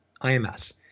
IMS